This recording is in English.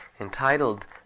entitled